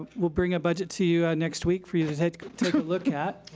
we'll bring a budget to you next week for you to take a look at.